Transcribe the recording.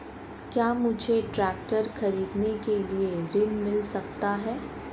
क्या मुझे ट्रैक्टर खरीदने के लिए ऋण मिल सकता है?